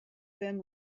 then